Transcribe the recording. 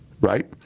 right